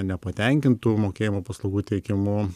nepatenkintų mokėjimo paslaugų teikimu